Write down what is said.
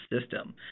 system